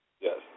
Yes